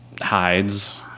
hides